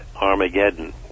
Armageddon